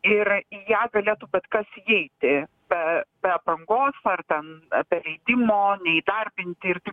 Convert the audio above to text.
ir į ją galėtų bet kas įeiti be be aprangos nu ar ten apie leidimo neįdarbinti ir taip